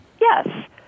Yes